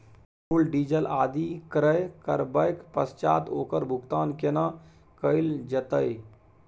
Petrol, diesel आदि क्रय करबैक पश्चात ओकर भुगतान केना कैल जेतै?